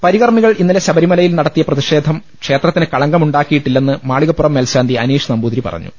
പരികർമികൾ ഇന്നലെ ശബരിമലയിൽ നടത്തിയ പ്രതി ഷേധം ക്ഷേത്രത്തിന് കളങ്കമുണ്ടാക്കിയിട്ടില്ലെന്ന് മാളികപ്പുറം മേൽശാന്തി അനീഷ് നമ്പൂതിരി പറഞ്ഞു